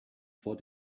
vor